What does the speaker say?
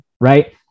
Right